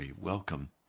Welcome